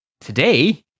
Today